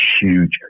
huge